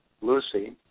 Lucy